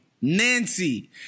Nancy